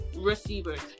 Receivers